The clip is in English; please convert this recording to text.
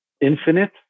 infinite